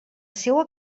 seua